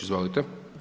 Izvolite.